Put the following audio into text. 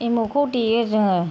एमावखौ देयो जोङो